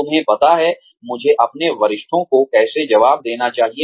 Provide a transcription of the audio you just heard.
तुम्हें पता है मुझे अपने वरिष्ठों को कैसे जवाब देना चाहिए